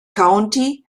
county